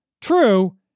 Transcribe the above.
True